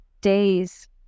days